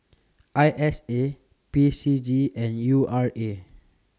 I S A P C G and U R A